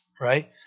right